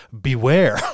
beware